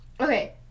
Okay